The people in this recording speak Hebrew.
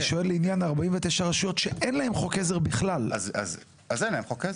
אני שואל בעניין 49 הרשויות שבכלל אין להן חוק עזר.